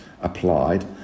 applied